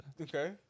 Okay